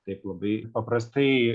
taip labai paprastai